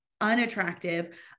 unattractive